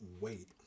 wait